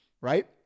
right